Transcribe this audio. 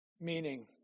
Meaning